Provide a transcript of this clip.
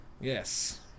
Yes